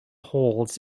holes